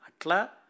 Atla